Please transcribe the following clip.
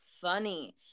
funny